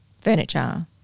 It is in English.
furniture